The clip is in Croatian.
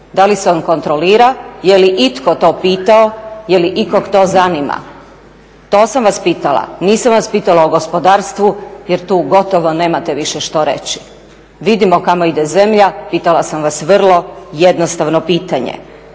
da li se on kontrolira, je li itko to pitao, je li ikog to zanima. To sam vas pitala, nisam vas pitala o gospodarstvu jer tu gotovo nemate više što reći. Vidimo kamo ide zemlja, pitala sam vas vrlo jednostavno pitanje.